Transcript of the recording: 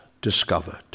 discovered